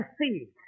see